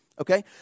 okay